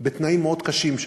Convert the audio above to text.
בתנאים מאוד קשים שם.